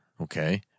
Okay